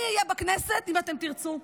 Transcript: אני אהיה בכנסת אם אתם תרצו.